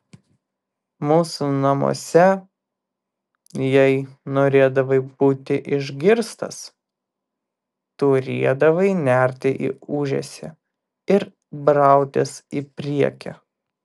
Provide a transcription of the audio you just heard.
mūsų namuose jei norėdavai būti išgirstas turėdavai nerti į ūžesį ir brautis į priekį